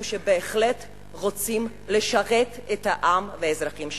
שבהחלט רוצים לשרת את העם והאזרחים שלהם.